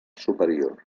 superior